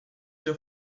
your